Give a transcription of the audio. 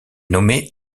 nommée